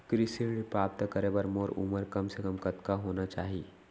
कृषि ऋण प्राप्त करे बर मोर उमर कम से कम कतका होना चाहि?